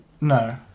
No